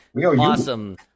awesome